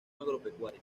agropecuaria